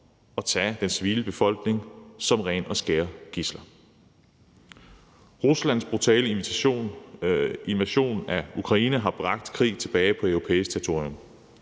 også tage den civile befolkning som rene og skære gidsler. Ruslands brutale invasion af Ukraine har bragt krigen tilbage på europæisk territorium.